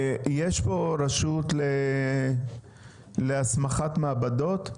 יש פה רשות להסמכת מעבדות?